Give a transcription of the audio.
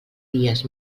dies